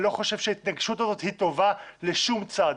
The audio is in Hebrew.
אני לא חושב שההתנגשות הזאת היא טובה לשום צד.